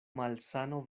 malsano